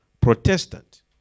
Protestant